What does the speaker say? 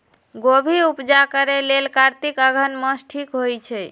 गोभि उपजा करेलेल कातिक अगहन मास ठीक होई छै